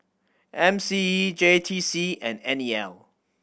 M C E J T C and N E L